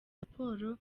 raporo